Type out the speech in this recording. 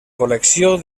col·lecció